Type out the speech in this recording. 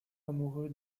amoureux